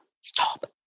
stop